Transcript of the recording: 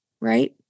right